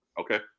okay